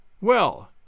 Well